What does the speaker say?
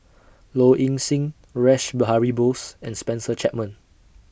Low Ing Sing Rash Behari Bose and Spencer Chapman